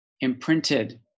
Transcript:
imprinted